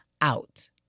out